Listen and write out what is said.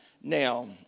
Now